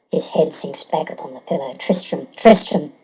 his head sinks back upon the pillow! a tristram! tristram!